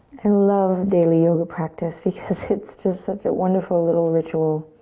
and love daily yoga practice because it's just such a wonderful little ritual